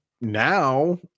now